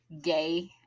gay